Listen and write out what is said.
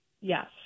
Yes